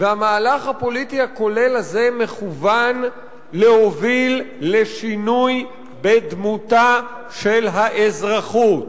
והמהלך הפוליטי הכולל הזה מכוון להוביל לשינוי בדמותה של האזרחות.